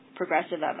progressive